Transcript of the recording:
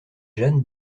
jeanne